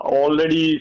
already